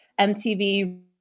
MTV